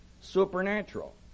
supernatural